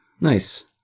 Nice